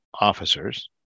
officers